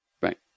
Right